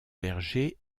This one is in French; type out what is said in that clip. berger